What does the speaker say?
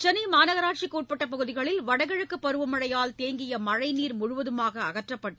சென்னை மாநகராட்சிக்கு உட்பட்ட பகுதிகளில் வடகிழக்குப் பருவமழையால் தேங்கிய மழைநீர் முழுவதுமாக அகற்றப்பட்டு